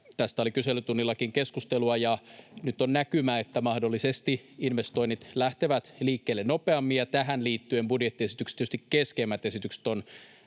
tästä oli kyselytunnillakin keskustelua, ja nyt on näkymä, että mahdollisesti investoinnit lähtevät liikkeelle nopeammin. Ja tähän liittyen budjettiesityksen tietysti keskeisimmät esitykset